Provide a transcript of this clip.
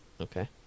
Okay